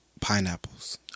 pineapples